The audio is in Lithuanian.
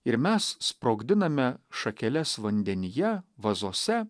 ir mes sprogdiname šakeles vandenyje vazose